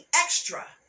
extra